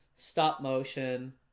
stop-motion